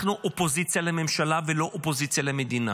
אנחנו אופוזיציה לממשלה, ולא אופוזיציה למדינה.